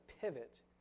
pivot